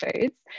foods